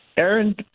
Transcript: Aaron